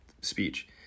speech